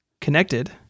Connected